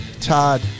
Todd